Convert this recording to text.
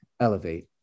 Elevate